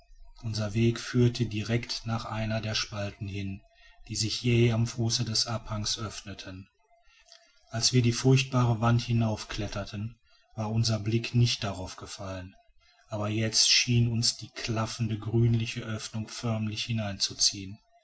unser weg führte direct nach einer der spalten hin die sich jäh am fuße des abhangs öffneten als wir die furchtbare wand hinauf kletterten war unser blick nicht darauf gefallen jetzt aber schien uns die klaffende grünliche oeffnung förmlich hinein